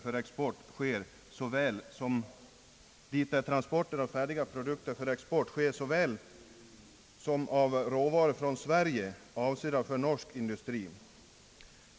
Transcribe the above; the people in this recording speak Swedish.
Till Norge går transporter av färdiga produkter för export men även av råvaror från Sverige, avsedda för norsk industri.